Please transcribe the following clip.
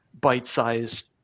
bite-sized